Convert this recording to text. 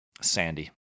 Sandy